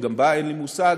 שגם בה אין לי מושג,